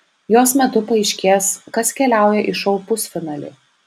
jos metu paaiškės kas keliauja į šou pusfinalį